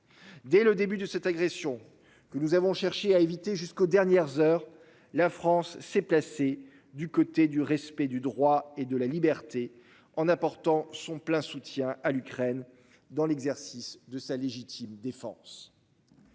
Dès le début de cette agression que nous avons cherché à éviter jusqu'aux dernières heures, la France s'est placé du côté du respect du droit et de la liberté en apportant son plein soutien à l'Ukraine dans l'exercice de sa légitime défense.